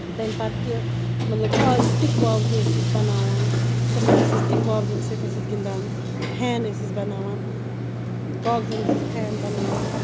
تَمہِ پَتہٕ تہِ مطلب آزٕ ٹِکۍ واوجہِ ٲسۍ أسۍ بَناوان تِمن ٲسۍ أسۍ ٹِکۍ واوجن سۭتۍ ٲسۍ أسۍ گِندان فین ٲسۍ أسۍ بَناوان کاغزن ٲسۍ أسۍ فین بَناوان